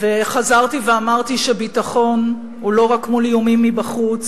וחזרתי ואמרתי שביטחון הוא לא רק מול איומים מבחוץ,